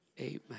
Amen